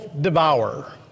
devour